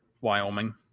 Wyoming